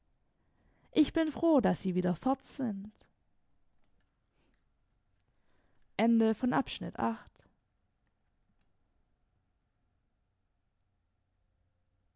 ich bin froh daß sie wieder fort sind